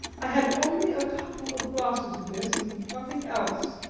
i had only a couple of glasses of this, and nothing else.